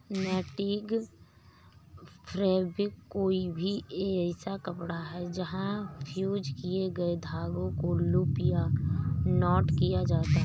netting fabric कोई भी ऐसा कपड़ा है जहाँ फ़्यूज़ किए गए धागों को लूप या नॉट किया जाता है